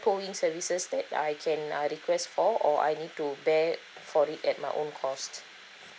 towing services that I can uh request for or I need to bear for it at my own cost